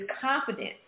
confident